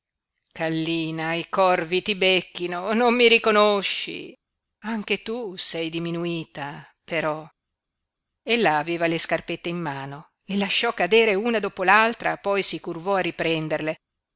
kallina i corvi ti becchino non mi riconosci anche tu sei diminuita però ella aveva le scarpette in mano le lasciò cadere una dopo l'altra poi si curvò a riprenderle